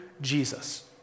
Jesus